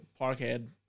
Parkhead